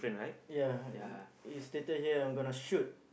ya is stated here I'm gonna shoot